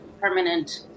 permanent